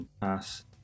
Pass